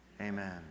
Amen